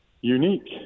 unique